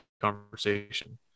conversation